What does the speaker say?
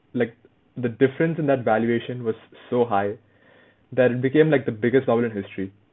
like the difference in that valuation was so high that it became like the biggest bubble in history